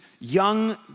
young